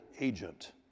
agent